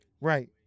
Right